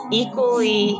equally